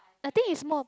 I think is more